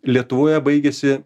lietuvoje baigėsi